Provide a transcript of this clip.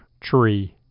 tree